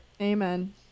amen